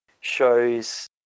shows